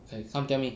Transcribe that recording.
okay come tell me